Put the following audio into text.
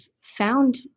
found